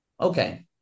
Okay